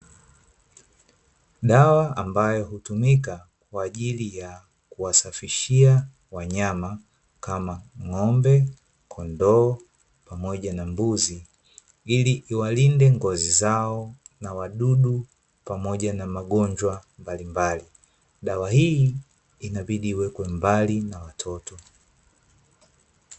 Dawa ambayo hutumika kwa ajili ya kuwasafishia wanyama, kama ng'ombe, kondoo pamoja na mbuzi ili iwalinde ngozi zao, na wadudu pamoja na magonjwa mbalimali. dawa hii inabidi iwekwe mbali na watoto.